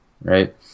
right